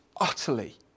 utterly